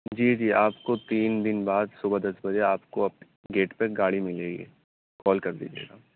جی جی آپ کو تین دِن بعد صُبح دس بجے آپ کو آپ کے گیٹ پہ گاڑی ملے گی کال کر دیجیے گا